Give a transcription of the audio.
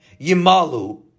Yimalu